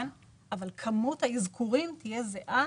אבל כמות האזכורים תהיה זהה